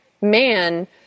man